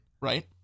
Right